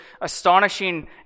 astonishing